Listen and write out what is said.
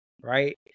right